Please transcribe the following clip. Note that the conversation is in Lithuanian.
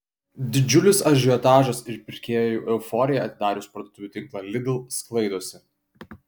didžiulis ažiotažas ir pirkėjų euforija atidarius parduotuvių tinklą lidl sklaidosi